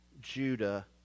Judah